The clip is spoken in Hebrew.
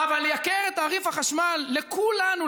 אבל לייקר את תעריף החשמל לכולנו,